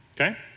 okay